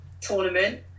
tournament